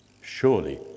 Surely